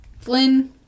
Flynn